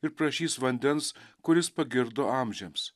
ir prašys vandens kuris pagirdo amžiams